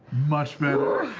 much better.